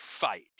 fight